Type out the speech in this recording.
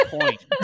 point